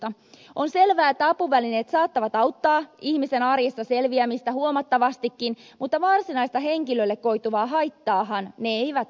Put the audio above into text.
on selvää että apuvälineet saattavat auttaa ihmisen arjessa selviämistä huomattavastikin mutta varsinaista henkilölle koituvaa haittaahan ne eivät pienennä